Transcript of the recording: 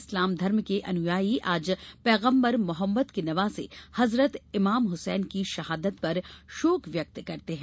इस्लाम धर्म के अनुयायी आज पैगम्बर मोहम्मद के नवासे हजरत इमाम हुसैन की शहादत पर शोक व्यक्त करते हैं